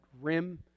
rim